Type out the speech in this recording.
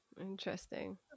interesting